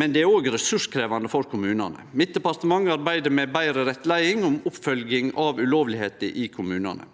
men det er òg ressurskrevjande for kommunane. Mitt departement arbeider med betre rettleiing om oppfølging av ulovlege tiltak i kommunane.